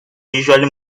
usually